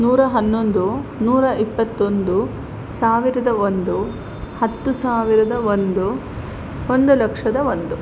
ನೂರಾ ಹನ್ನೊಂದು ನೂರಾ ಇಪ್ಪತ್ತೊಂದು ಸಾವಿರದ ಒಂದು ಹತ್ತು ಸಾವಿರದ ಒಂದು ಒಂದು ಲಕ್ಷದ ಒಂದು